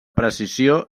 precisió